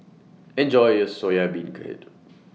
Enjoy your Soya Beancurd